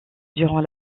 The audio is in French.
durant